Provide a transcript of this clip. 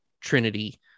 trinity